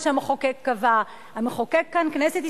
הגירה ומעמד במדינות אחרות,